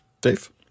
Dave